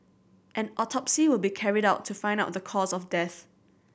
an autopsy will be carried out to find out the cause of death